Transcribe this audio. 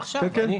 תעשו את זה עכשיו.